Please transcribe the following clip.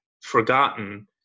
forgotten